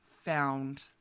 found